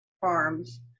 farms